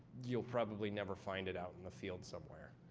you'll probably never find it out in a field somewhere.